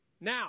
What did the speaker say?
Now